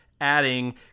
Adding